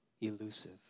elusive